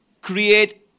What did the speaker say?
create